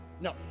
No